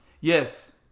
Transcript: Yes